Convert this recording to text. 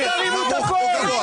אל תרימו את הקול.